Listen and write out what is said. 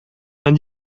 vingt